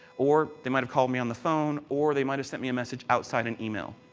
or they might have called me on the phone or they might have send me a message outside in email.